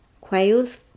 Quails